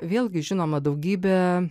vėlgi žinoma daugybė